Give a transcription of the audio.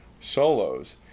solos